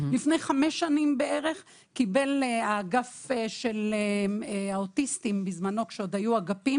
לפני כחמש שנים קיבל האגף של האוטיסטים בזמנו כשעוד היו אגפים